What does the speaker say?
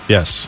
Yes